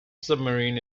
submarine